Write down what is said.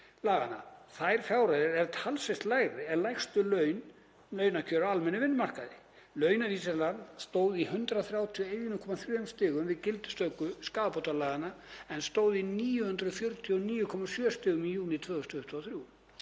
laganna. Þær fjárhæðir eru talsvert lægri en lægstu launakjör á almennum vinnumarkaði. Launavísitalan stóð í 131,3 stigum við gildistöku skaðabótalaga en stóð í 949,7 stigum í júní 2023